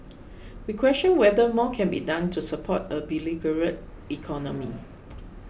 we question whether more can be done to support a beleaguered economy